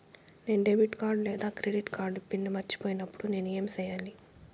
నేను debit card లేదా credit card PIN మర్చిపోయినప్పుడు నేను ఏమి సెయ్యాలి?